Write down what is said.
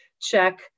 check